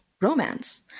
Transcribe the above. romance